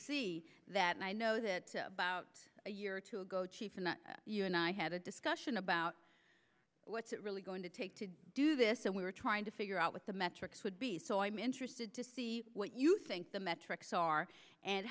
see that and i know that about a year or two ago chief you and i had a discussion about what's really going to take to do this and we're trying to figure out what the metrics would be so i'm interested to see what you think the metrics are and